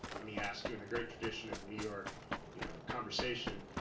let me ask you, in the great tradition of new york you know conversation,